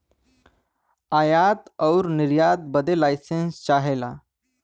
आयात आउर निर्यात बदे लाइसेंस चाहला